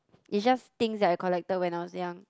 it just think that I collector when I was young